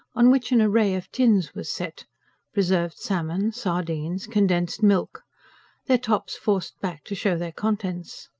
on which an array of tins was set preserved salmon, sardines, condensed milk their tops forced back to show their contents.